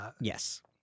Yes